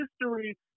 history